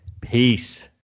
Peace